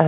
कवित्रयस्य